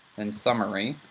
then summary.